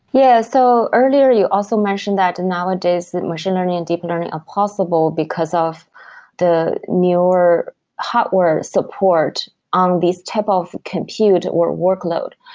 yeah, so earlier you also mentioned that and nowadays, that machine learning and deep learning are possible because of the newer hardware support on this type of compute or workload.